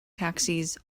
taxis